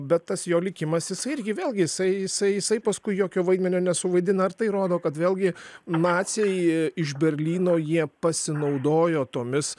bet tas jo likimas jisai irgi vėlgi jisai jisai jisai paskui jokio vaidmenio nesuvaidina ar tai rodo kad vėlgi naciai iš berlyno jie pasinaudojo tomis